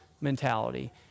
mentality